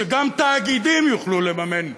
שגם תאגידים יוכלו לממן,